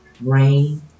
Rain